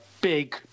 big